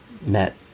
met